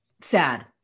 sad